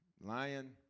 lion